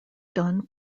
done